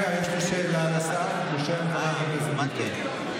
רק רגע, יש לי שאלה לשר בשם חברת הכנסת ביטון.